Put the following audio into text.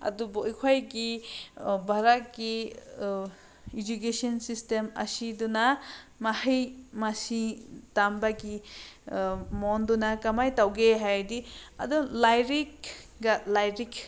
ꯑꯗꯨꯕꯨ ꯑꯩꯈꯣꯏꯒꯤ ꯚꯥꯔꯠꯀꯤ ꯏꯖꯨꯀꯦꯁꯟ ꯁꯤꯁꯇꯦꯝ ꯑꯁꯤꯗꯅ ꯃꯍꯩ ꯃꯁꯤꯡ ꯇꯝꯕꯒꯤ ꯃꯑꯣꯡꯗꯨꯅ ꯀꯃꯥꯏꯅ ꯇꯧꯒꯦ ꯍꯥꯏꯔꯗꯤ ꯑꯗꯨ ꯂꯥꯏꯔꯤꯛꯒ ꯂꯥꯏꯔꯤꯛ